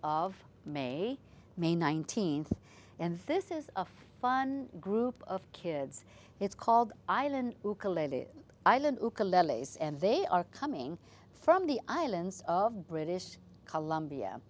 of may may nineteenth and this is a fun group of kids it's called island island and they are coming from the islands of british columbia